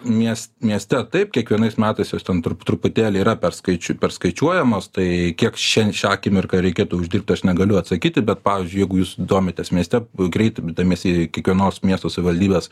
mies mieste taip kiekvienais metais jos ten tru truputėlį yra perskai perskaičiuojamos tai kiek šian šią akimirką reikėtų uždirbti aš negaliu atsakyti bet pavyzdžiui jeigu jūs domitės mieste greit imdamiesi kiekvienos miesto savivaldybės